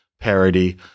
parody